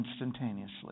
instantaneously